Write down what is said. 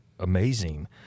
amazing